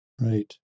Right